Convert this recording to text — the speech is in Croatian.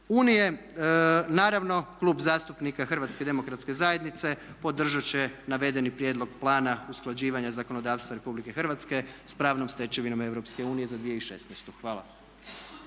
EU. Naravno Klub zastupnika Hrvatske demokratske zajednice podržat će navedeni prijedlog plana usklađivanja zakonodavstva Republike Hrvatske sa pravnom stečevinom EU za 2016. Hvala.